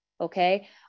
okay